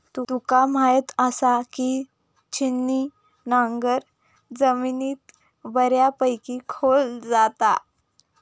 तुमका म्हायत आसा, की छिन्नी नांगर जमिनीत बऱ्यापैकी खोल जाता